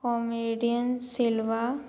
comedian Silva